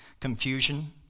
confusion